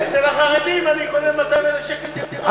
אצל החרדים אני קונה ב-200,000 שקל דירה.